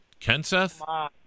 Kenseth